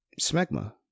smegma